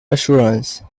assurance